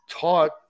taught